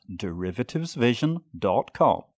derivativesvision.com